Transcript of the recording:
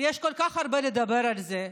יש כל כך הרבה מה לדבר על זה.